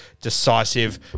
decisive